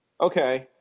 okay